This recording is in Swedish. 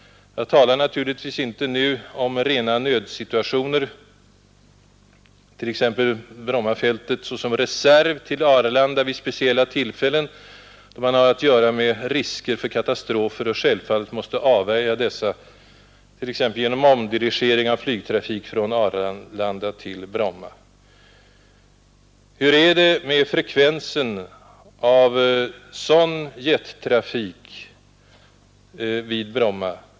Jag talar naturligtvis inte nu om rena nödsituationer, t.ex. om Bromma flygfält som reserv till Arlanda vid speciella tillfällen då man har att göra med risker för katastrofer och självfallet måste avvärja dessa genom att exempelvis omdirigera flygtrafik från Arlanda till Bromma. Hur är det med frekvensen av så att säga normal jettrafik vid Bromma?